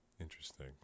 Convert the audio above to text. Interesting